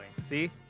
See